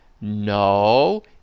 No